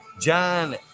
John